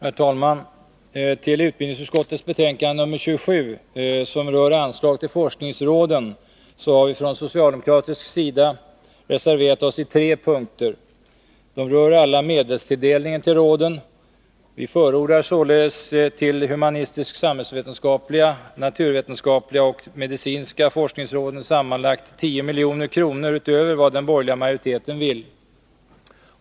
Herr talman! Till utbildningsutskottets betänkande nr 27, som rör anslag till forskningsråden, har vi från socialdemokratisk sida reserverat oss på tre punkter. De rör alla medelstilldelningen till råden. Vi förordar således till humanistisk-samhällsvetenskapliga, naturvetenskapliga och medicinska forskningsråden sammanlagt 10 milj.kr. utöver vad den borgerliga majoriteten vill.